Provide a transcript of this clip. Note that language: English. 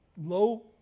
Low